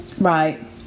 Right